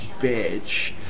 bitch